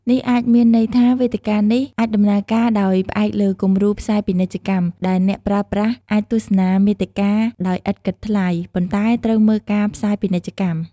នេះអាចមានន័យថា វេទិកានេះអាចដំណើរការដោយផ្អែកលើគំរូផ្សាយពាណិជ្ជកម្ម ដែលអ្នកប្រើប្រាស់អាចទស្សនាមាតិកាដោយឥតគិតថ្លៃ ប៉ុន្តែត្រូវមើលការផ្សាយពាណិជ្ជកម្ម។